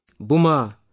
Buma